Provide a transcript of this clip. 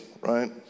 right